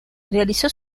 realizó